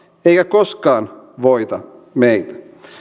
eikä koskaan voita meitä